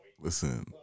listen